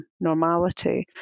normality